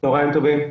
צהריים טובים.